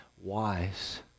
wise